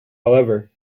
however